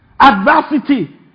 Adversity